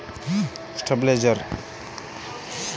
TV recharge ಮಾಡೋದು ಹೆಂಗ ಮತ್ತು?